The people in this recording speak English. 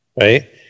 Right